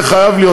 זה חייב להיות,